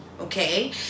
okay